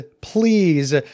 please